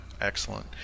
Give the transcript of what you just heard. Excellent